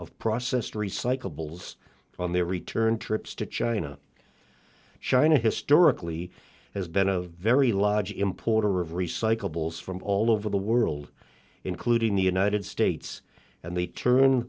of processed recyclables on their return trips to china china historically has been a very large importer of recyclables from all over the world including the united states and they turn